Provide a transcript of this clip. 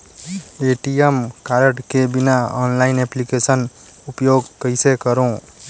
ATM card के बिना online application उपयोग कइसे करो?